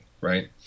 right